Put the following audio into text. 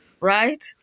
right